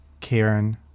karen